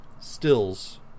stills